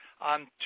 on